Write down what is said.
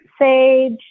sage